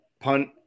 punt